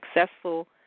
successful